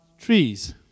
trees